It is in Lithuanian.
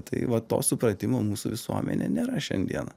tai va to supratimo mūsų visuomenė nėra šiandieną